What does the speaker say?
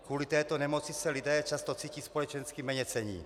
Kvůli této nemoci se lidé často cítí společensky méněcenní.